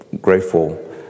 grateful